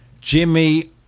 Jimmy